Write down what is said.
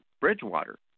Bridgewater